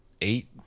eight